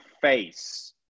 face